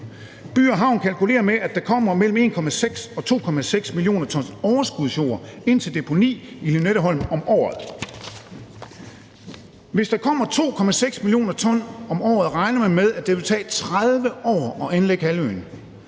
By & Havn kalkulerer med, at der kommer mellem 1,6 og 2,6 mio. t overskudsjord ind til deponi i Lynetteholm om året. Hvis der kommer 2,6 mio. t om året, regner man med, at det vil tage 30 år at anlægge halvøen.